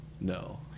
No